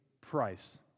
price